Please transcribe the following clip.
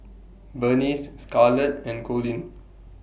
Bernice Scarlet and Colin